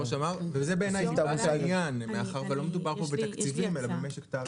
בעיניי זה העניין מאחר ולא מדובר כאן בתקציבים אלא במשק תעריפי.